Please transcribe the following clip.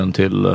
till